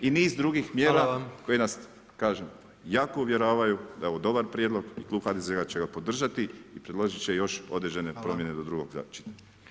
I niz drugih mjera koje nas kažem, jako uvjeravaju da je ovo dobar prijedlog, klub HDZ-a će ga podržati i priložit će još određene promjene do drugoga čitanja.